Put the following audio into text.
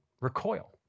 recoil